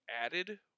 added